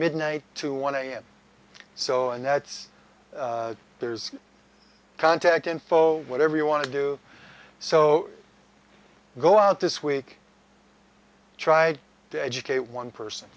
midnight to one am so and that's there's contact info whatever you want to do so go out this week try to educate one person